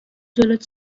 جلوت